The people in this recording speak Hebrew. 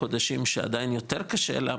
בחודשים שעדיין יותר קשה לה,